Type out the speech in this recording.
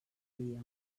dia